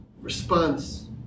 response